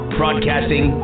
broadcasting